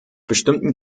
bestimmten